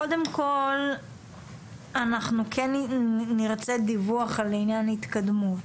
קודם כל אנחנו כן נרצה דיווח לעניין התקדמות